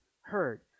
heard